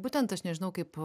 būtent aš nežinau kaip